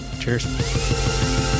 cheers